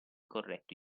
corretto